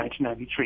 1993